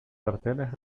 carteles